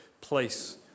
place